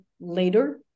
later